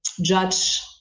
judge